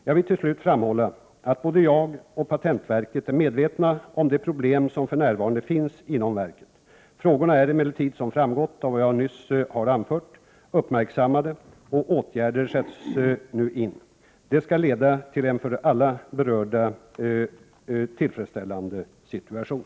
Jag vill till slut framhålla att både jag och patentverket är medvetna om de problem som för närvarande finns inom verket. Frågorna är emellertid, som framgått av vad jag nyss har anfört, uppmärksammade, och åtgärder sätts nu in. Det skall leda till en för alla berörda tillfredsställande situation.